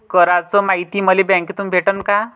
कराच मायती मले बँकेतून भेटन का?